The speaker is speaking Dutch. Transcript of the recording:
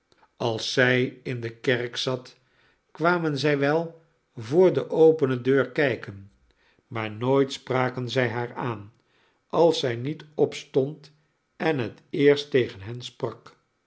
als zij in de kerk zat kwamen zij wel voor de opene deur kijken maar nooit spraken zij haar aan als zij niet opstond en het eerst tegen hen sprak